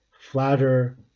flatter